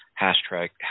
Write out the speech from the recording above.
Hashtag